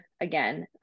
again